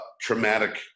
traumatic